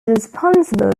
responsible